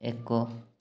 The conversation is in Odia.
ଏକ